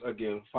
Again